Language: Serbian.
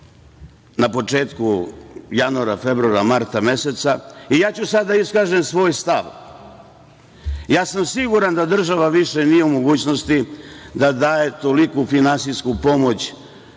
na početku januara, februara, marta meseca. Ja ću sada da iskažem svoj stav. Siguran sam da država više nije u mogućnosti da daje toliku finansijsku pomoć